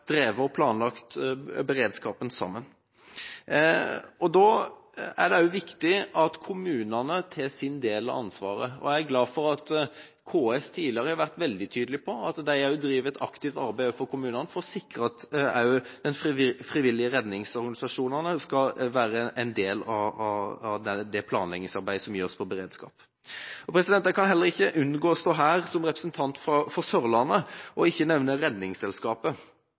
planlagt beredskapen sammen. Det er viktig at kommunene tar sin del av ansvaret. Jeg er glad for at KS tidligere har vært veldig tydelige på at de driver et aktivt arbeid overfor kommunene for å sikre at også de frivillige redningsorganisasjonene skal være en del av det planleggingsarbeidet som gjøres innen beredskap. Jeg kan heller ikke unngå å stå her som representant for Sørlandet og ikke nevne Redningsselskapet.